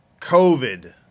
COVID